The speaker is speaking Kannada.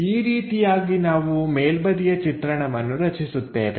ಈ ರೀತಿಯಾಗಿ ನಾವು ಮೇಲ್ಬದಿಯ ಚಿತ್ರಣವನ್ನು ರಚಿಸುತ್ತೇವೆ